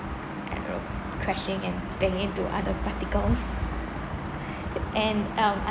I don't know crashing and banging into other particles and um I